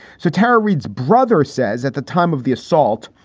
so tara, reid's brother says at the time of the assault,